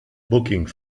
booking